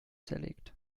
zerlegt